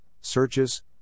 searches